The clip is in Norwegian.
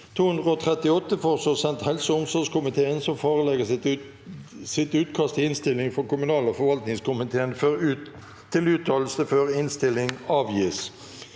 Enst.: Sendes helse- og omsorgskomiteen, som forelegger sitt utkast til innstilling for kommunal- og forvaltningskomiteen til uttalelse før innstilling avgis.